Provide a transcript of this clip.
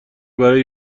برای